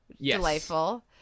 delightful